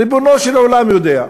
ריבונו של עולם יודע.